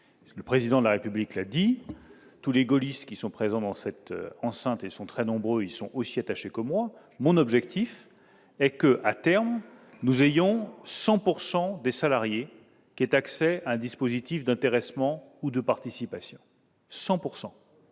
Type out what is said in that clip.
Le Président de la République l'a dit- tous les gaullistes qui sont présents dans cette enceinte, et ils sont très nombreux, y sont attachés autant que moi -, l'objectif est que, à terme, 100 % des salariés aient accès à un dispositif d'intéressement ou de participation,